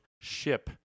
ship